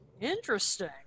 Interesting